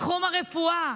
בתחום הרפואה.